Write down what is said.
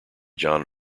jon